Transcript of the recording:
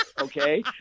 Okay